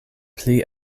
pli